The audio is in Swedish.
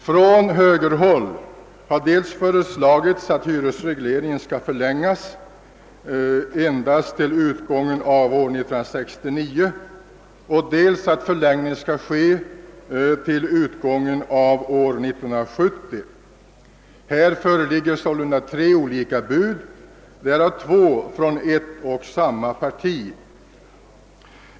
Från högerhåll har föreslagits, dels att hyresregleringen skall förlängas endast till utgången av 1969, dels att förlängning skall göras till utgången av 1970. Tre olika bud föreligger sålunda, därav två från ett och samma parti.